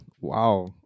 Wow